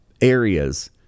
areas